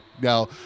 Now